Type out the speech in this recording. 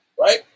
right